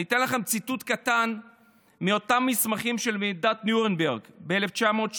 אני אתן לכם ציטוט קטן מאותם מסמכים של ועידת נירנברג ב-1935: